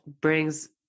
brings